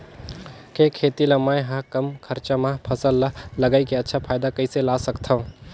के खेती ला मै ह कम खरचा मा फसल ला लगई के अच्छा फायदा कइसे ला सकथव?